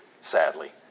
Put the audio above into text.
sadly